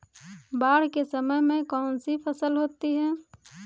बाढ़ के समय में कौन सी फसल होती है?